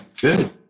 good